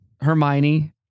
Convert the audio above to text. Hermione